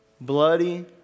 bloody